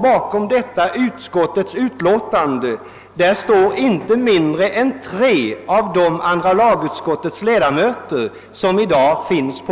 Bland dem fanns inte mindre än tre av de andra lagutskottets ledamöter som nu reserverat sig mot